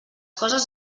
coses